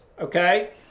okay